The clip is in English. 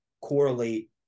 correlate